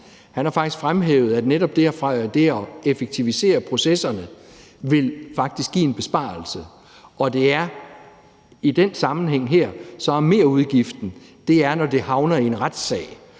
har faktisk særlig fremhævet, at netop det at effektivisere processerne vil give en besparelse. Og i den her sammenhæng opstår merudgiften, når det havner i en retssag,